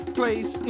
place